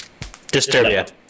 Disturbia